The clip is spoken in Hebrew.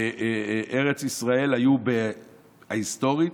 בארץ ישראל ההיסטורית,